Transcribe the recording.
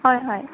হয় হয়